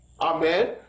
Amen